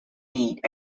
feet